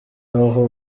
aho